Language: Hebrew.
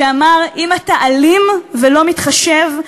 שאמר: אם אתה אלים ולא מתחשב,